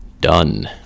done